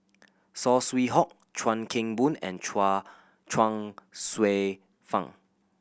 Saw Swee Hock Chuan Keng Boon and Chuang Chuang Hsueh Fang